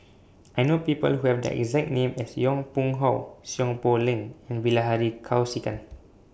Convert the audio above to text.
I know People Who Have The exact name as Yong Pung How Seow Poh Leng and Bilahari Kausikan